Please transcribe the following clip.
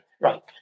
right